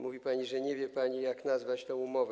Mówi pani, że nie wie pani, jak nazwać tę umowę.